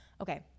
Okay